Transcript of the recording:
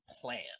plan